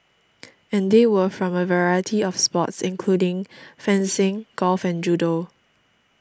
and they were from a variety of sports including fencing golf and judo